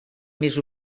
més